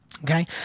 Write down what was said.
Okay